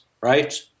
right